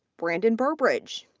brandon burbridge,